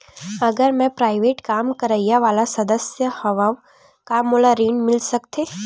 अगर मैं प्राइवेट काम करइया वाला सदस्य हावव का मोला ऋण मिल सकथे?